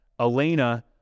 Elena